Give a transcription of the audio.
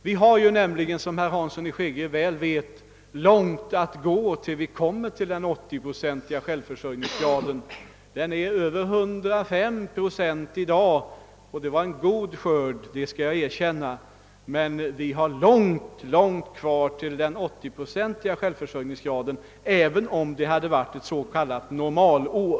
Vi har nämligen, såsom herr Hansson mycket väl vet, mycket långt till den 80-procentiga självförsörjningsgraden. Självförsörjningsgraden är i dag över 105 procent. Jag skall erkänna att den senaste skörden var god, men vi skulle ha haft långt kvar till den §80 procentiga självförsörjningsgraden även om det hade varit ett normalår.